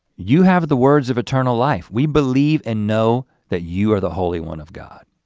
you have the words of eternal life, we believe and know that you are the holy one of god.